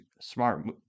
smart